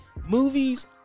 movies